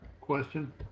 Question